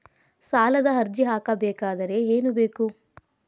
ಸಾಲದ ಅರ್ಜಿ ಹಾಕಬೇಕಾದರೆ ಏನು ಬೇಕು?